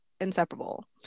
inseparable